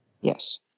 Yes